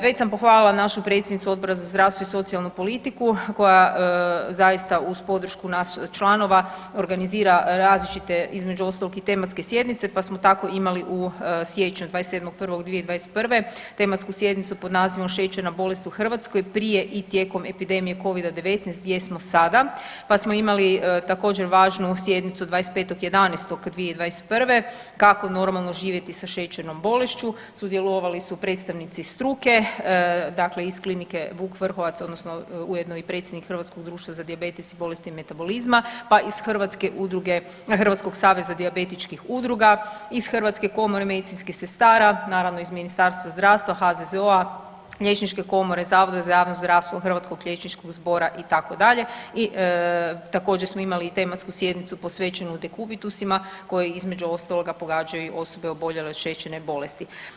Već sam pohvalila našu predsjednicu Odbora za zdravstvo i socijalnu politiku koja zaista uz podršku nas članova organizira različite između ostalog i tematske sjednice, pa smo tako imali u siječnju 27.1.2021. tematsku sjednicu pod nazivom „Šećerna bolest u Hrvatskoj prije i tijekom epidemije covida-19, gdje smo sada?“, pa smo imali također važnu sjednicu 25.11.2021. kako normalno živjeti sa šećernom bolešću, sudjelovali su predstavnici struke, dakle iz Klinike Vuk Vrhovac odnosno ujedno i predsjednik Hrvatskog društva za dijabetes i bolesti metabolizma, pa iz Hrvatske udruge, Hrvatskog saveza dijabetičkih udruga, iz Hrvatske komore medicinskih sestara, naravno iz Ministarstva zdravstva, HZZO-a, liječničke komore, Zavoda za javno zdravstvo Hrvatskog liječničkog zbora itd. i također smo imali i tematsku sjednicu posvećenu dekubitusima koje između ostaloga pogađaju osobe oboljele od šećerne bolesti.